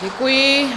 Děkuji.